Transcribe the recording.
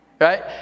Right